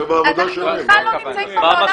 זה עד 30. אנחנו בכלל לא נמצאים בעולם